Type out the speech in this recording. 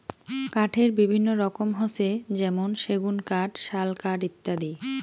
কাঠের বিভিন্ন রকম হসে যেমন সেগুন কাঠ, শাল কাঠ ইত্যাদি